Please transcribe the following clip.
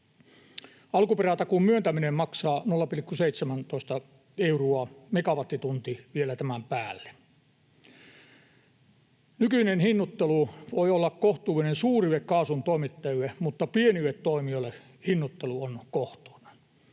Alkuperätakuun myöntäminen maksaa 0,17 euroa megawattitunti vielä tämän päälle. Nykyinen hinnoittelu voi olla kohtuullinen suurille kaasuntoimittajille, mutta pienille toimijoille hinnoittelu on kohtuuton.